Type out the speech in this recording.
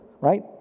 right